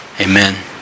Amen